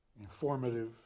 informative